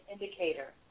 indicator